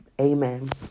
Amen